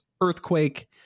Earthquake